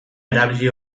erabili